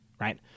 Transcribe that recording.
Right